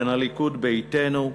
בין הליכוד ביתנו,